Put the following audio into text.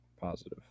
Positive